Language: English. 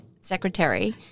secretary